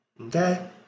Okay